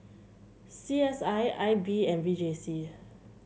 C S I I B and V J C